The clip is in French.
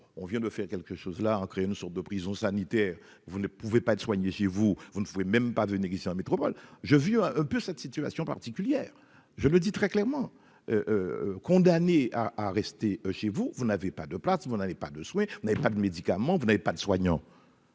on vient de faire quelque chose là, créé une sorte de prison sanitaire, vous ne pouvez pas être soigner chez vous, vous ne pouvez même pas ici en métropole je viens un peu cette situation particulière, je le dis très clairement condamné à à rester chez vous, vous n'avez pas de place, vous n'allez pas de soins, vous n'avez pas de médicaments, vous n'avez pas de soignants.